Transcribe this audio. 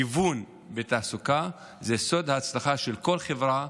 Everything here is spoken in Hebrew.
גיוון בתעסוקה זה סוד ההצלחה של כל חברה,